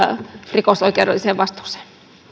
rikosoikeudelliseen vastuuseen